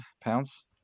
pounds